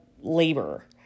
labor